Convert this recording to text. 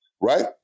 right